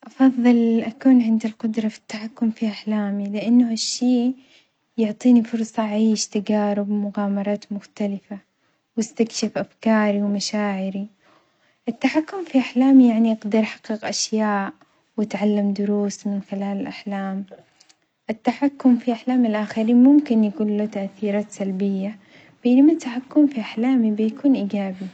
أفظل أكون عندي القدرة في التحكم في أحلامي لأنه هالشي يعطيني فرصة أعيش تجارب ومغامرات مختلفة، وأستكشف أفكاري ومشاعري، التحكم في أحلامي يعني أقدر أحقق أشياء وأتعلم دروس من خلال الأحلام، التحكم في أحلام الآخرين ممكن يكون له تأثيرات سلبية، بينما التحكم في أحلامي بيكون إيجابي.